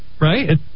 right